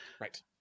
Right